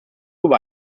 über